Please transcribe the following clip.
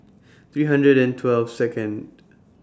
three hundred and twelve Second